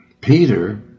Peter